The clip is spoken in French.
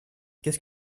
qu’est